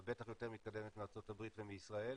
אבל בטח יותר מתקדמת מארצות הברית ומישראל.